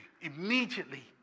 Immediately